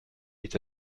est